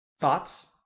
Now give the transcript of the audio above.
Thoughts